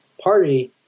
party